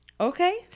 okay